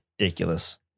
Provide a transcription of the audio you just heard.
ridiculous